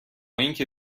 اینکه